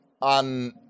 on